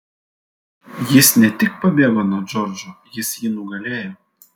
jis ne tik pabėgo nuo džordžo jis jį nugalėjo